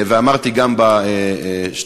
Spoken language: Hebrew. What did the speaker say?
אמרתי גם בשדולה,